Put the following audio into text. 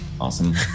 Awesome